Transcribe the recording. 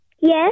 Yes